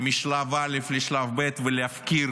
משלב א' לשלב ב' ולהפקיר